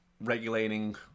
regulating